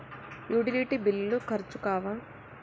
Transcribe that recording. Utility బిల్లులు ఖర్చు కావా?